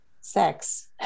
sex